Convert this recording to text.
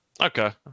Okay